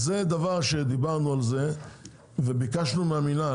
זה דבר שדיברנו עליו וביקשנו מהמינהל